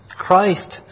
Christ